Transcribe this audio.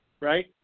right